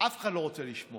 אף אחד לא רוצה לשמוע,